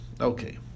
Okay